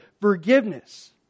forgiveness